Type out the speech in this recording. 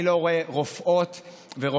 אני לא רואה רופאות ורופאים,